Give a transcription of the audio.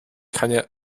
keine